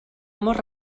mor